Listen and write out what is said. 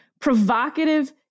provocative